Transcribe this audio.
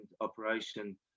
operation